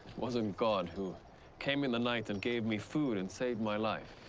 wasn't god who came in the night and gave me food and saved my life.